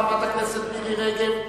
את חברת הכנסת מירי רגב,